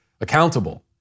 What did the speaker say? accountable